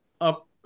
up